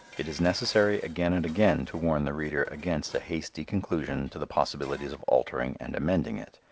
it is necessary again and again to warn the reader against a hasty conclusion to the possibilities of altering and amending it.